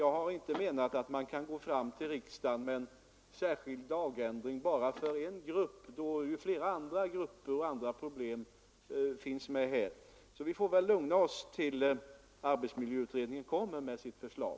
Men jag anser inte att man kan gå till riksdagen och begära en särskild lagändring bara för en grupp, då flera andra gruppers problem finns med. Vi får väl lugna oss tills arbetsmiljöutredningen kommer med sitt förslag.